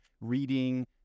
reading